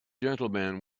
gentleman